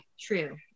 true